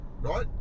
right